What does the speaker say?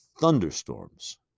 thunderstorms